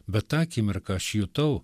bet tą akimirką aš jutau